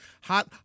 hot